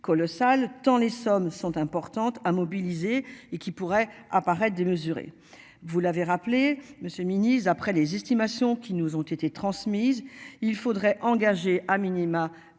colossal tant les sommes sont importantes à mobiliser et qui pourraient apparaître démesuré. Vous l'avez rappelé monsieur ministre d'après les estimations qui nous ont été transmises il faudrait engager à minima.